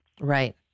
Right